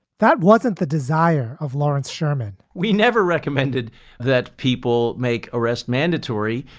that wasn't the desire of lawrence sherman we never recommended that people make arrest mandatory.